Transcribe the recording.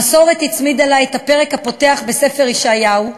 המסורת הצמידה לה את הפרק הפותח בספר ישעיהו: